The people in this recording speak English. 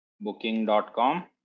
Booking.com